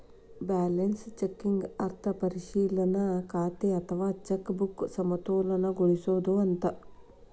balance checking ಅರ್ಥ ಪರಿಶೇಲನಾ ಖಾತೆ ಅಥವಾ ಚೆಕ್ ಬುಕ್ನ ಸಮತೋಲನಗೊಳಿಸೋದು ಅಂತ